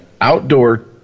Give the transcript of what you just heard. outdoor